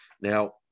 now